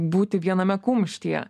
būti viename kumštyje